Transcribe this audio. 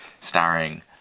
starring